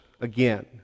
again